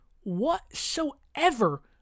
whatsoever